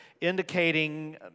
indicating